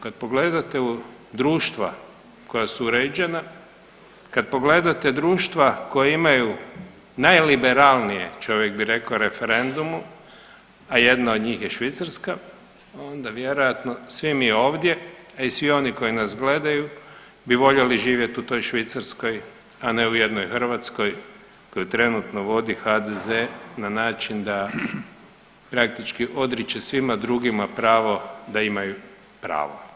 Kad pogledate društva koja su uređena, kad pogledate društva koje imaju najliberalnije čovjek bi rekao referendumu, a jedna od njih je Švicarka onda vjerojatno svi mi ovdje, a i svi oni koji nas gledaju bi voljeli živjeti u toj Švicarskoj, a ne u jednom Hrvatskoj koju trenutno vodi HDZ na način da praktički odriče svima drugima pravo da imaju pravo.